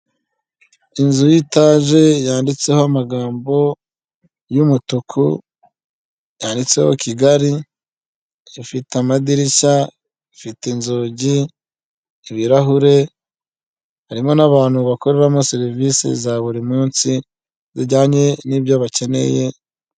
Inzu y'itage, yanditseho amagambo y'umutuku, yanditseho Kigali, ifite amadirishya, ifite inzugi, ibirahure, harimo n'abantu bakoreramo serivisi za buri munsi zijyanye n'ibyo bakeneye.